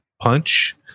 punch